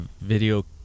video